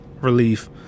relief